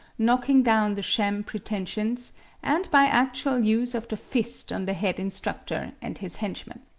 knocking down the sham pretentions and by actual use of the fist on the head instructor and his henchman.